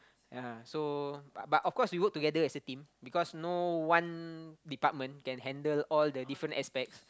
ya so but but of course we work together as a team because no one department can handle all the different aspects